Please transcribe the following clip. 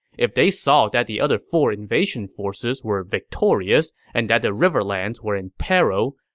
if they saw that the other four invasion forces were victorious and that the riverlands were in peril,